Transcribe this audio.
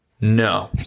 No